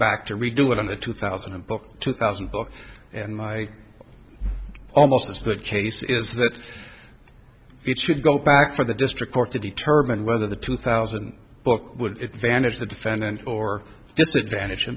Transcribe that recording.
back to redo it on the two thousand and book two thousand books and my almost as good case is that it should go back for the district court to determine whether the two thousand book would vanish the defendant or disadvantage